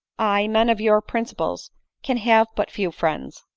aye, men of your principles can have but few friends.